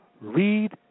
Read